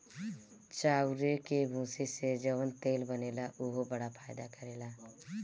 चाउरे के भूसी से जवन तेल बनेला उहो बड़ा फायदा करेला